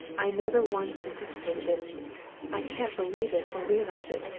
i never once anticipated it i can't believe it or realize it,